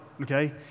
okay